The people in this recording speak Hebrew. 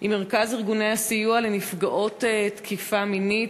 עם איגוד מרכזי הסיוע לנפגעות תקיפה מינית.